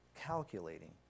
calculating